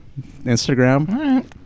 Instagram